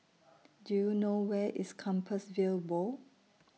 Do YOU know Where IS Compassvale Bow